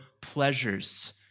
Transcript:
pleasures